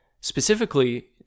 Specifically